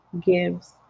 gives